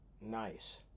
Nice